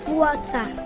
water